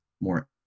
more